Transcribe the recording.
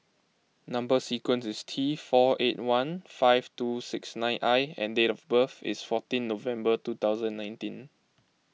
Number Sequence is T four eight one five two six nine I and date of birth is fourteen November two thousand and nineteen